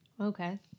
Okay